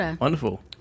Wonderful